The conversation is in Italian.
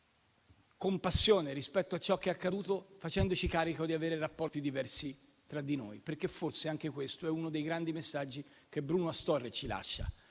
compassione rispetto a ciò che è accaduto, facendoci carico di avere rapporti diversi tra di noi. Forse anche questo è uno dei grandi messaggi che Bruno Astorre ci lascia: